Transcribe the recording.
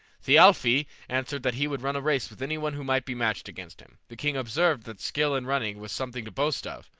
thialfi answered that he would run a race with any one who might be matched against him. the king observed that skill in running was something to boast of,